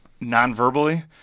non-verbally